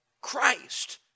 Christ